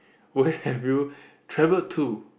where have you travelled to